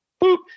boop